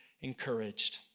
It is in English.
encouraged